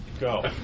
go